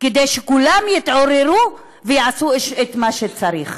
כדי שכולם יתעוררו ויעשו את מה שצריך.